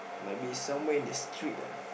might be somewhere in the street ah